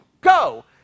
go